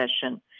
session